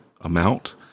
amount